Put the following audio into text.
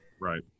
Right